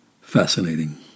Fascinating